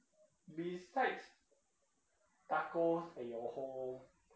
besides tacos at your home